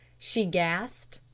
she gasped.